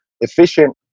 efficient